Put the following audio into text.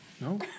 No